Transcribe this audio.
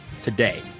today